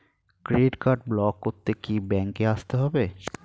Credit card block করতে কি ব্যাংকে আসতে হবে?